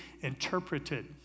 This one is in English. interpreted